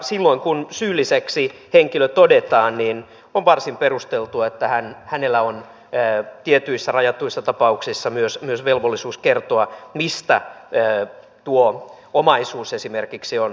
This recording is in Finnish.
silloin kun syylliseksi henkilö todetaan niin on varsin perusteltua että hänellä on tietyissä rajatuissa tapauksissa myös velvollisuus kertoa mistä tuo omaisuus esimerkiksi on tullut